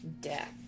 death